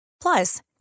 Plus